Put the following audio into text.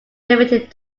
limited